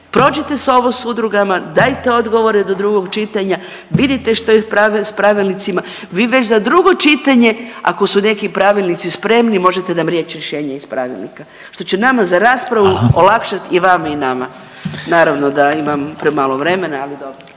Prođite ovo s udrugama, dajte odgovore do drugog čitanja, vidite što je s pravilnicima, vi već za drugo čitanje ako su neki pravilnici spremni možete nam reć rješenje iz pravilnika, što će nama…/Upadica Reiner: Hvala/…za raspravu olakšat i vama i nama. Naravno da imam premalo vremena, ali dobro,